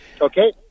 okay